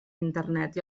internet